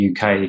uk